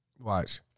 Watch